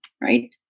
right